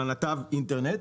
לנתב האינטרנט,